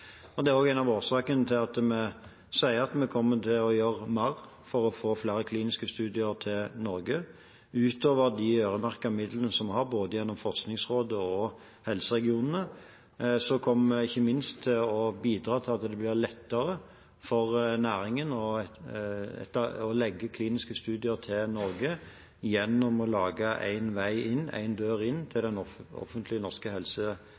landene. Det er også en av årsakene til at vi sier at vi kommer til å gjøre mer for å få flere kliniske studier til Norge, utover de øremerkede midlene som vi har gjennom både Forskningsrådet og helseregionene. Vi kommer ikke minst til å bidra til at det blir lettere for næringen å legge kliniske studier til Norge ved å lage én vei inn, én dør inn, til den offentlige norske